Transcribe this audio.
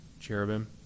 cherubim